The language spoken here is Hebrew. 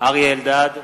אריה אלדד,